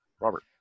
Robert